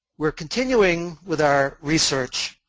we're continuing with our research